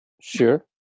Sure